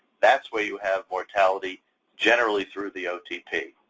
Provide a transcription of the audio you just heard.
that's where you have mortality generally through the otp.